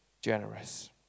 Generous